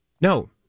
No